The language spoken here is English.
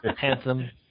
handsome